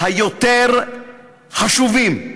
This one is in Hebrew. היותר-חשובים,